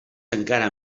encara